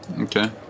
Okay